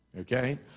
okay